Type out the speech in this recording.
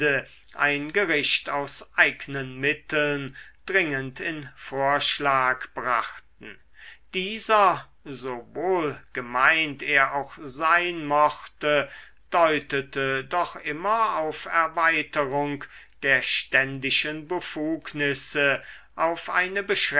ein gericht aus eignen mitteln dringend in vorschlag brachten dieser so wohlgemeint er auch sein mochte deutete doch immer auf erweiterung der ständischen befugnisse auf eine